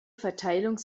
verteilung